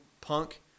punk